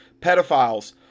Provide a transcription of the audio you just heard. Pedophiles